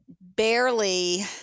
Barely